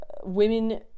women